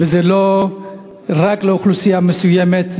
לא רק לאוכלוסייה מסוימת,